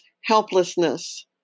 helplessness